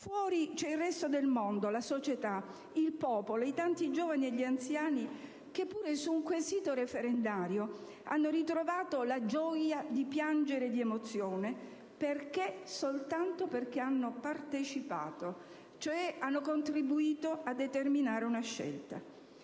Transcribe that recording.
Fuori c'è il resto del mondo, la società, il popolo, i tanti giovani e anziani che su un quesito referendario hanno ritrovato la gioia di piangere di emozione soltanto perché hanno partecipato, cioè hanno contribuito a determinare una scelta.